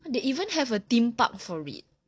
they even have a theme park for it